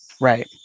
Right